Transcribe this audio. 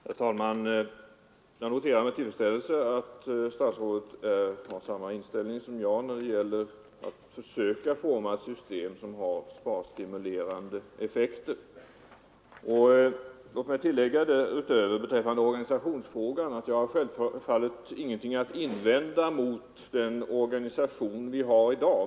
Herr talman! Jag noterar med tillfredsställelse att vi har samma inställning när det gäller att försöka forma ett system som har sparstimulerande effekter. Låt mig tillägga beträffande organisationsfrågan, att jag inte har någonting att invända mot den organisation vi har i dag.